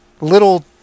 Little